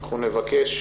אנחנו נבקש